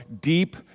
deep